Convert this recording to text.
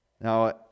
Now